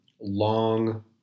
long